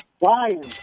lion